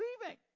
leaving